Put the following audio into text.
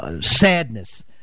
sadness